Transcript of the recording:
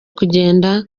kugenda